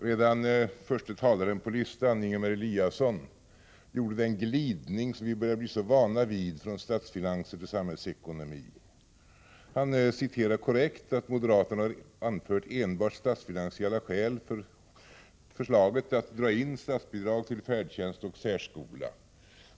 Redan den förste talaren på listan i detta ärende, Ingemar Eliasson, gjorde den glidning som vi börjar bli så vana vid när det är fråga om statsfinanser och samhällsekonomi. Han citerade korrekt att moderaterna har anfört enbart statsfinansiella skäl för förslaget att dra in statsbidrag till färdtjänst och särskola.